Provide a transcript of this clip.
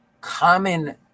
common